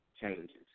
changes